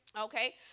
Okay